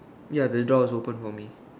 ya the door is open for me